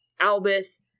Albus